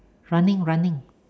running running